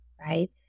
right